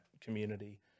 community